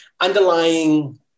underlying